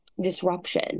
disruption